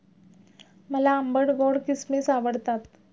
मला आंबट गोड किसमिस आवडतात